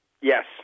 yes